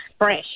fresh